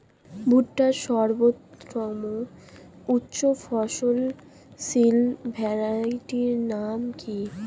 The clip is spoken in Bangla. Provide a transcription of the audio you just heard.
ভুট্টার সর্বোত্তম উচ্চফলনশীল ভ্যারাইটির নাম কি?